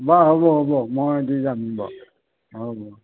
বা হ'ব হ'ব মই দি যামহি বাৰু হ'ব